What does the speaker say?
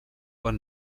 bon